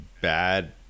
bad